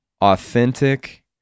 authentic